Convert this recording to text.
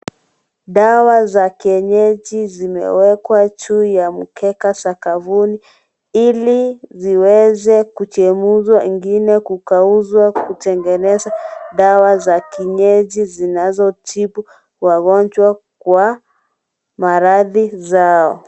Dawa za kienyeji zimewekwa juu ya mkeka sakafuni iko ziweze kuchemshwa ingine kukaushwa kutengeneza dawa za kienyeji zinazotibu wagonjwa Kwa maradhi zao.